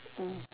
mm